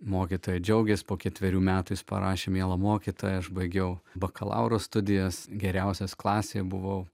mokytoja džiaugėsi po ketverių metų jis parašė miela mokytoja aš baigiau bakalauro studijas geriausias klasėje buvau